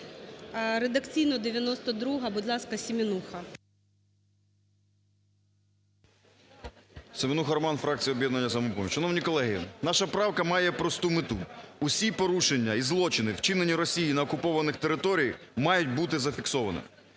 Редакційно, 92-а. Будь ласка, Семенуха. 11:23:07 СЕМЕНУХА Р.С. Семенуха Роман, фракція "Об'єднання "Самопоміч". Шановні колеги, наша правка має просту мету: усі порушення і злочини, вчинені Росією на окупованих територіях, мають бути зафіксованими.